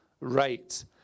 right